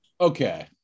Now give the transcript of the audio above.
Okay